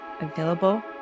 available